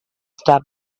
stop